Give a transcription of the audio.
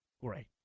Great